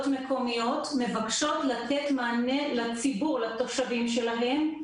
מקומיות מבקשות לתת מענה לתושבים שלהן.